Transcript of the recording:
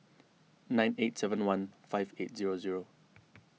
nine eight seven one five eight zero zero